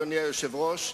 אדוני היושב-ראש,